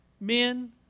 men